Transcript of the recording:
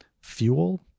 fuel